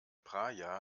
praia